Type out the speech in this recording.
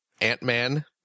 Ant-Man